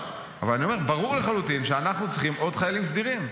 ברור לחלוטין שאנחנו צריכים עוד חיילים סדירים,